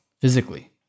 physically